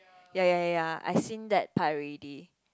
ya ya ya ya I seen that part already